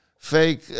Fake